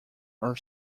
are